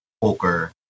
poker